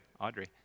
Audrey